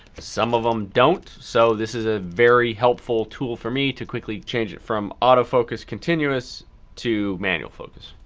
some of em don't. so, this is a very helpful tool for me to quickly change it from auto focus continuous to manual focus.